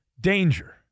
danger